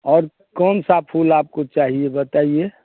और कौनसा फूल आपको चाहिए बताइए